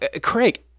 Craig